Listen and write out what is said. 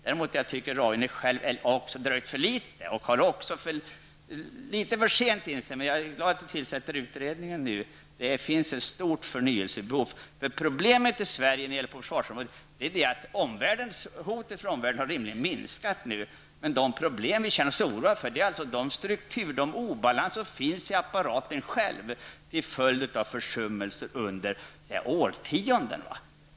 Däremot tycker jag att Roine Carlsson dröjer för länge med att göra något i värnpliktsfrågan, men jag är ändå glad att utredningen nu tillsätts. Det finns ett stort förnyelsebehov. Hotet från omvärlden har nu rimligen minskat. Men de problem vi känner oss oroade av är de obalanser som finns i apparaten själv, till följd av försummelser under årtionden.